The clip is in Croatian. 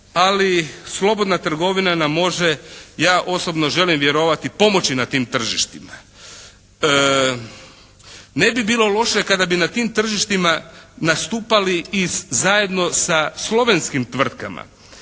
ali slobodna trgovina nam može ja osobno želim vjerovati pomoći na tim tržištima. Ne bi bilo loše kada bi na tim tržištima nastupali i zajedno sa slovenskim tvrtkama